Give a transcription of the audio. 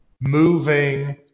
moving